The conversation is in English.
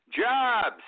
Jobs